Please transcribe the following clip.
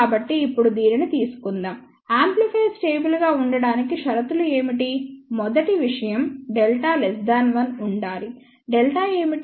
కాబట్టి ఇప్పుడు దీనిని తీసుకుందాం యాంప్లిఫైయర్ స్టేబుల్ గా ఉండటానికి షరతులు ఏమిటి మొదటి విషయం Δ1 ఉండాలిΔ ఏమిటి